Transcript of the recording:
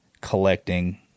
collecting